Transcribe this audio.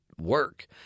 work